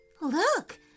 Look